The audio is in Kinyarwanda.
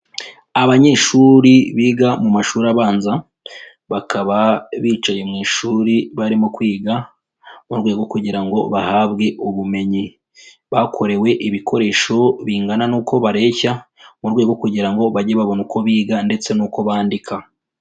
Abanyeshuri biga mu mashuri abanza, bakaba bicaye mu ishuri barimo kwiga mu rwego rwo kugira ngo bahabwe ubumenyi, bakorewe ibikoresho bingana n'uko bareshya mu rwego rwo kugira ngo bajye babone uko biga ndetse n'uko bandika.